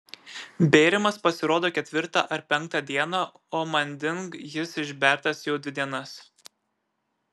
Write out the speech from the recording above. bėrimas pasirodo ketvirtą ar penktą dieną o manding jis išbertas jau dvi dienas